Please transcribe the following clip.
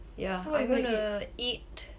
yeah I'm going to eat